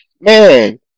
man